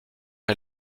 est